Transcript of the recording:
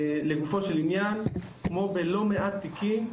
לגופו של עניין, כמו בלא מעט תיקים,